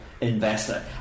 investor